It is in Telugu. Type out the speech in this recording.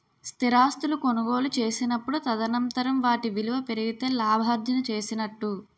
స్థిరాస్తులు కొనుగోలు చేసినప్పుడు తదనంతరం వాటి విలువ పెరిగితే లాభార్జన చేసినట్టు